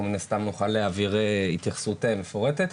מן הסתם נוכל להעביר התייחסות מפורטת.